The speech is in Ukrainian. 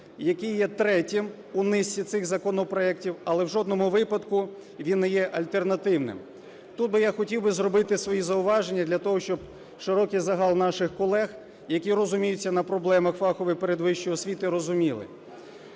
який є третім у низці цих законопроектів, але в жодному випадку він не є альтернативним. Тут би я хотів би зробити свої зауваження для того, щоб широкий загал наших колег, які розуміються на проблемах фахової передвищої освіти, розуміли: